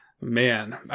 Man